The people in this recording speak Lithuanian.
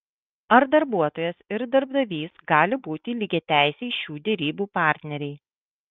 ar darbuotojas ir darbdavys gali būti lygiateisiai šių derybų partneriai